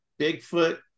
bigfoot